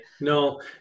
no